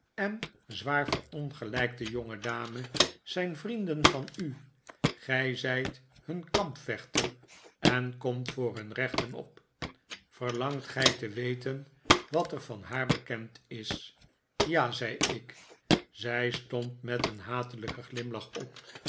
en zwaar verongelijkte jongedame zijn vrienden van u gij zijt hun kampvechter en komt voor hun rechten op verlangt gij te weten wat er van haar bekend is ja zei ik zij stond met een hatelijken glimlach op